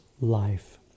life